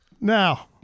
Now